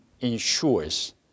ensures